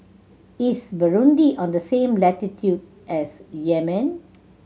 is Burundi on the same latitude as Yemen